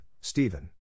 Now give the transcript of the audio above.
Stephen